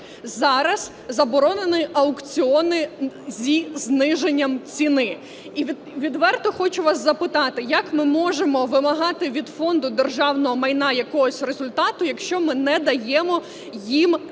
зараз заборонені аукціони зі зниженням ціни. І відверто хочу вас запитати: як ми можемо вимагати від Фонду державного майна якогось результату, якщо ми не даємо їм